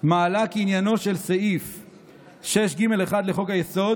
מעלה כי עניינו של סעיף 6(ג)(1) לחוק-היסוד